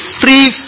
free